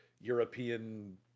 European